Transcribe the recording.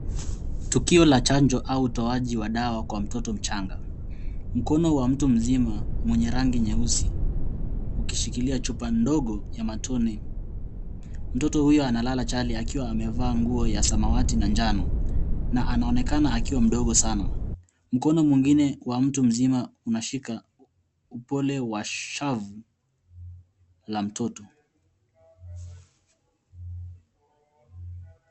Tukio la chanjo au utoaji wa dawa kwa mtoto mchanga. Mkono wa mtu mzima wenye rangi nyeusi ukishikilia chupa ndogo ya matone. Mtoto huyu analala chali akiwa amevaa nguo ya samawati na njano na anaonekana akiwa mdogo sana. Mkono mwingine wa mtu mzima unashika upole wa shavu la mtoto.